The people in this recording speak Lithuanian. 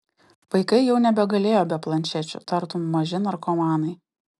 vaikai jau nebegalėjo be planšečių tartum maži narkomanai